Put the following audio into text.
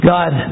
God